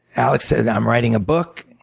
alex says i'm writing a book.